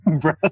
bro